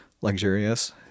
luxurious